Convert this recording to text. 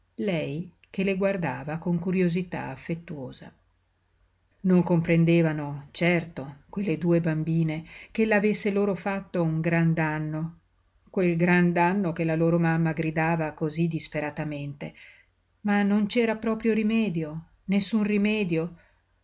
lei che le guardava con curiosità affettuosa non comprendevano certo quelle due bambine ch'ella avesse loro fatto un gran danno quel gran danno che la loro mamma gridava cosí disperatamente ma non c'era proprio rimedio nessun rimedio